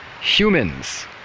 Humans